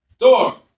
door